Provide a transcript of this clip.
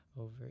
over